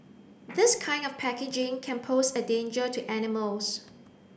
this kind of packaging can pose a danger to animals